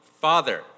Father